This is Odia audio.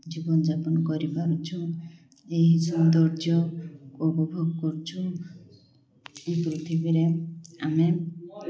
ଜୀବନଯାପନ କରିପାରୁଛୁ ଏହି ସୌନ୍ଦର୍ଯ୍ୟକୁ ଉପଭୋଗ କରୁଛୁ ଏହି ପୃଥିବୀରେ ଆମେ